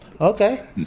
Okay